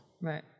right